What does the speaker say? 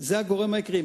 הם הגורם העיקרי.